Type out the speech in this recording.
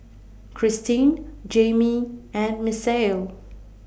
Kristen Jaimie and Misael